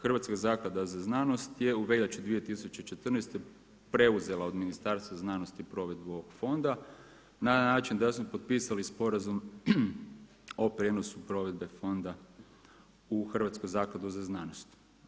Hrvatska zaklada za znanost je u veljači 2014. preuzela od Ministarstva znanosti provedbu ovog fonda na način da smo potpisali Sporazum o prijenosu provedbe fonda u Hrvatsku zakladu za znanost.